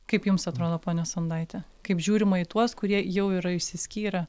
kaip jums atrodo pone sondaite kaip žiūrima į tuos kurie jau yra išsiskyrę